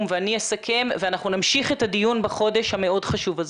ואני אסכם ואנחנו נמשיך את הדיון בחודש המאוד חשוב הזה.